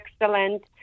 excellent